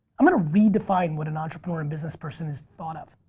i'm gonna redefine what an entrepreneur and businessperson is thought of.